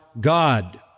God